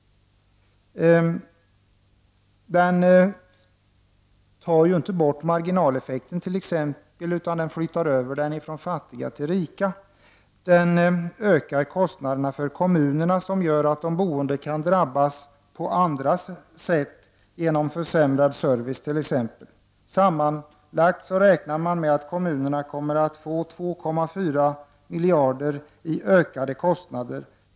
Den tar t.ex. inte bort marginaleffekten, utan den flyttar över den från fattiga till rika. Den ökar kostnaderna för kommunerna, vilket gör att de boende kan drabbas på andra sätt, t.ex. genom försämrad service. Sammanlagt räknar man med att kommunerna kommer att få 2,4 miljarder i ökade kostnader.